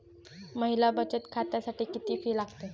महिला बचत खात्यासाठी किती फी लागते?